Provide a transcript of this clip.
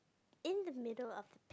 in the middle of